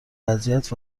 اذیت